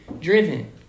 driven